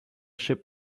ship